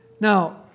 Now